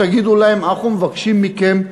תגידו להם: אנחנו מבקשים מכם,